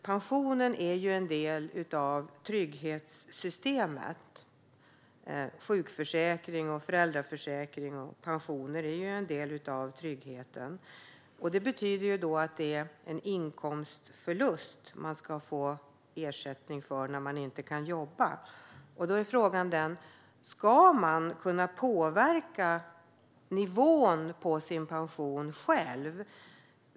Pensionen är ju en del av trygghetssystemet. Sjukförsäkring, föräldraförsäkring och pensioner är en del av tryggheten, vilket betyder att det är en inkomstförlust man ska få ersättning för när man inte kan jobba. Då är frågan: Ska man kunna påverka nivån på sin pension själv?